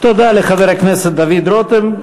תודה לחבר הכנסת דוד רותם.